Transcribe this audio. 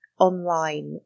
online